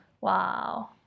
wow